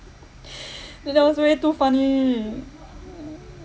that that was very too funny